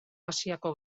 asiako